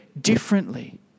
differently